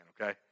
okay